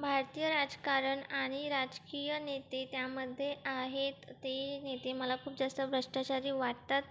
भारतीय राजकारण आणि राजकीय नेते त्यामध्ये आहेत ते नेते मला खूप जास्त भ्रष्टाचारी वाटतात